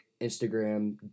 instagram